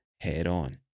head-on